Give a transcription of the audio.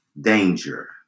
danger